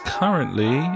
currently